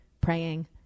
praying